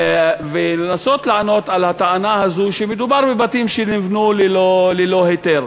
ולנסות לענות על הטענה הזו שמדובר בבתים שנבנו ללא היתר.